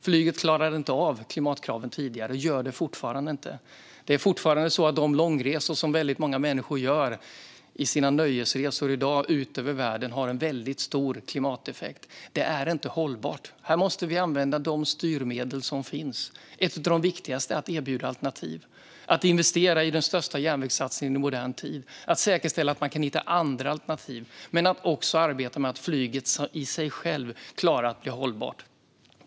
Flyget klarade inte av klimatkraven tidigare, och man gör det fortfarande inte. Det är fortfarande så att de långresor som många människor gör som nöjesresor ut över världen har väldigt stor klimateffekt. Det är inte hållbart. Här måste vi använda de styrmedel som finns. Ett av de viktigaste är att erbjuda alternativ, att investera i den största järnvägssatsningen i modern tid, att säkerställa att man kan hitta andra alternativ och också att arbeta med att flyget i sig självt ska klara att bli hållbart.